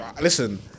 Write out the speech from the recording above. Listen